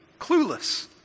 clueless